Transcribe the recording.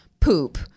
poop